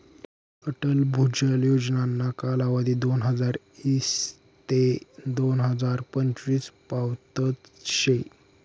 अटल भुजल योजनाना कालावधी दोनहजार ईस ते दोन हजार पंचवीस पावतच शे